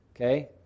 Okay